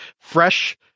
fresh